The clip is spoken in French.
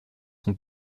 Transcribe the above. son